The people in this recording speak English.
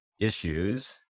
issues